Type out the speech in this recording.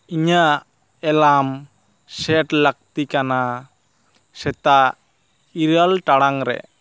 ᱤᱧᱟᱜ ᱮᱞᱟᱢ ᱥᱮ ᱴ ᱞᱟ ᱠᱛᱤ ᱠᱟᱱᱟ ᱥᱮᱛᱟᱜ ᱤᱨᱟ ᱞ ᱴᱟᱲᱟᱝᱨᱮ